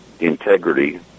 integrity